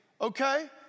okay